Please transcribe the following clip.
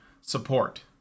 support